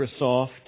Microsoft